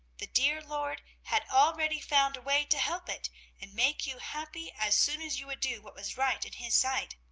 the dear lord had already found a way to help it and make you happy as soon as you would do what was right in his sight.